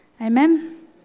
Amen